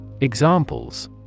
Examples